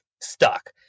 stuck